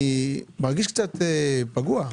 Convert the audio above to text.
אני מרגיש קצת פגוע.